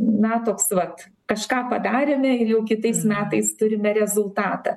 na toks vat kažką padarėme ir jau kitais metais turime rezultatą